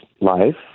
life